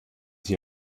sich